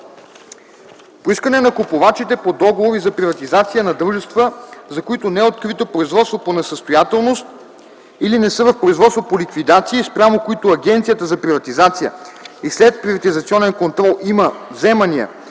По искане на купувачите по договори за приватизация на дружества, за които не е открито производство по несъстоятелност или не са в производство по ликвидация и спрямо които Агенцията за приватизация и следприватизационен контрол има вземания